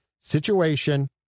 situation